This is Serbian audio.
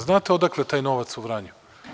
Znate li odakle taj novac u Vranju?